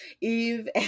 Eve